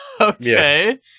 Okay